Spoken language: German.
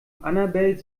annabel